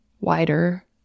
wider